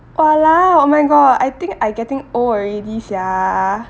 !walao! oh my god I think I getting old already sia